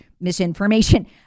misinformation